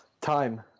Time